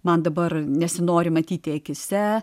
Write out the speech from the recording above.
man dabar nesinori matyti akyse